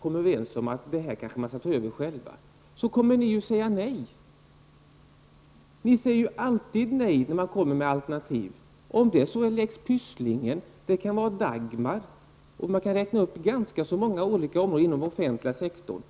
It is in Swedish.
kom överens om att kanske ta över verksamheten själva, att säga nej. Ni säger alltid nej när man kommer med alternativ om det så är Pysslingdaghem eller Dagmarreform. Man kan räkna upp ganska många olika områden inom den offentliga sektorn.